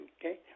Okay